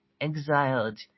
exiled